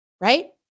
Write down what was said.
right